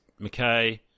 McKay